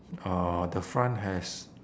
uh the front has